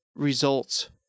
results